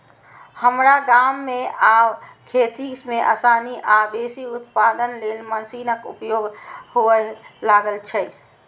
हमरा गाम मे आब खेती मे आसानी आ बेसी उत्पादन लेल मशीनक उपयोग हुअय लागल छै